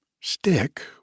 Stick